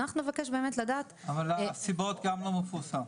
אז אנחנו נבקש באמת לדעת --- אבל הסיבות גם לא מפורסם.